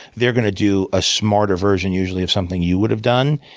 they're gonna do a smarter version, usually, of something you would've done,